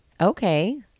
Okay